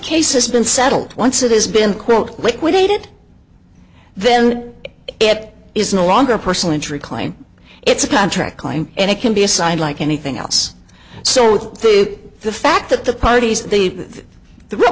case has been settled once it has been quote liquidated then it is no longer a personal injury claim it's a contract line and it can be assigned like anything else so the fact that the parties the the real